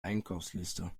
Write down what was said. einkaufsliste